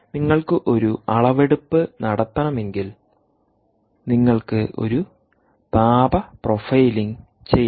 നിങ്ങൾക്ക് ഒരു അളവെടുപ്പ് നടത്തണമെങ്കിൽ നിങ്ങൾക്ക് ഒരു താപ പ്രൊഫൈലിംഗ് ചെയ്യണം